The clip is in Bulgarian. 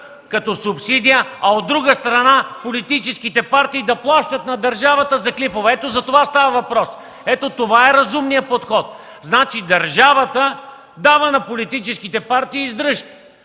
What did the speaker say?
като субсидия, от друга страна – политическите партии да плащат на държавата за клипове? Ето за това става въпрос. Ето това е разумният подход. Значи държавата дава на политическите партии издръжка,